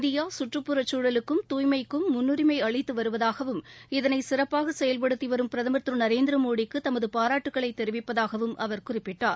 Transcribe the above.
India சுற்றுப்புற சூழலுக்கும் தூய்மைக்கும் முன்னுரிமை அளித்து வருவதாகவும் இதனை சிறப்பாக செயல்படுத்தி வரும் பிரதமர் திரு நரேந்திரமோடிக்கு தமது பாராட்டுக்களை தெரிவிப்பதாகவும் அவர் குறிப்பிட்டார்